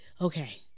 okay